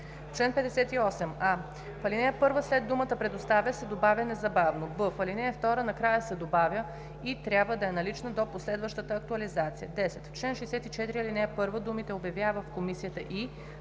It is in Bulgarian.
чл. 58: а) в ал. 1 след думата „предоставя“ се добавя „незабавно“; б) в ал. 2 накрая се добавя „и трябва да е налична до последващата актуализация“. 10. В чл. 64 ал. 1 думите „обявява в комисията и“